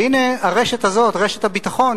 והנה, הרשת הזאת, רשת הביטחון,